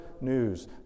news